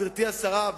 גברתי השרה,